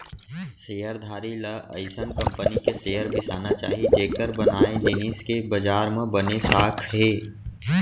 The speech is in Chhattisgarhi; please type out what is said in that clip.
सेयर धारी ल अइसन कंपनी के शेयर बिसाना चाही जेकर बनाए जिनिस के बजार म बने साख हे